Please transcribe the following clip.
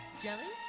jelly